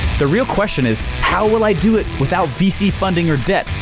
the real question is, how will i do it without vc funding or debt,